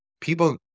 people